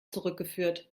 zurückgeführt